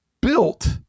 built